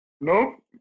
nope